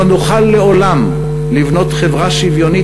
לא נוכל לעולם לבנות חברה שוויונית,